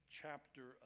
chapter